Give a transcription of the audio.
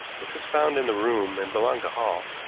which was found in the room and belonged to hall.